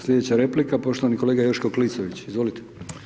Sljedeća replika poštovani kolega Joško Klisović, izvolite.